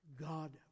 God